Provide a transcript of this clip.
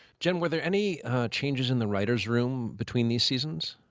jen, were there any changes in the writers' room between these seasons?